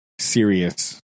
serious